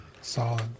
Solid